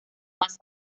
más